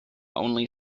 only